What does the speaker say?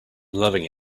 loving